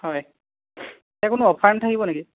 হয় ইয়াত কোনো অফাৰ নাথাকিব নেকি